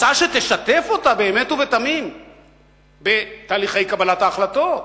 הצעה שתשתף אותה באמת ובתמים בתהליכי קבלת ההחלטות,